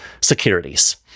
securities